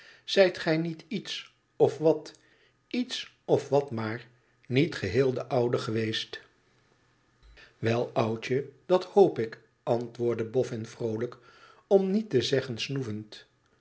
zijt gij niet iets of wat iets of wat maar niet geheel de oude geweest vriend wel oudje dat hoop ik antwoordde bolen vroolijk om niet te zeggen snoevend